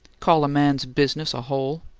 call a man's business a hole!